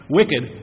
wicked